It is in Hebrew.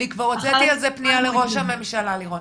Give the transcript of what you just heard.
אני כבר הוצאתי על זה פנייה לראש הממשלה לירון.